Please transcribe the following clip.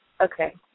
Okay